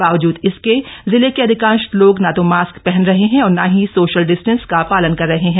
बावजूद इसके जिले के अधिकांश लोग ना तो मास्क पहन रहे हैं और ना ही सोशल डिस्टेंस का पालन कर रहे हैं